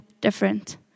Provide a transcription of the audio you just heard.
different